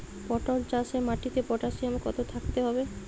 পটল চাষে মাটিতে পটাশিয়াম কত থাকতে হবে?